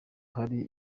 hali